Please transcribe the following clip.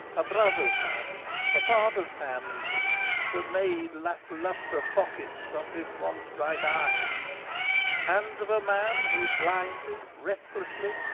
a brother's hands, a father's hands that made lack-luster sockets of his once bright eyes hands of a man who blindly, recklessly,